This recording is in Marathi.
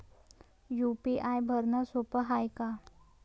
यू.पी.आय भरनं सोप हाय का?